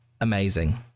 amazing